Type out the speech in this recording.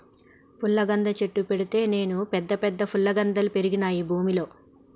పుల్లగంద చెట్టు పెడితే నేను పెద్ద పెద్ద ఫుల్లగందల్ పెరిగినాయి భూమిలో